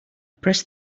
pressed